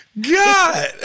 God